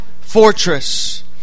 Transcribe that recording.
fortress